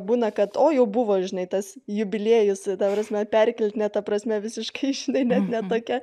būna kad o jau buvo žinai tas jubiliejus ta prasme perkeltine prasme visiškai žinai net ne tokia